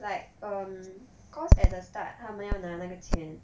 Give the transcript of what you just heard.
like um cause at the start 他们要拿那个钱